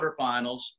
quarterfinals